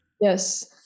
Yes